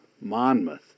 Monmouth